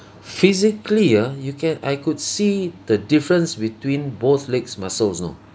physically ah you can I could see the difference between both legs' muscles know